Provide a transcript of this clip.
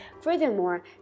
Furthermore